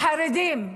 החרדים.